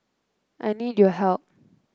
I need your help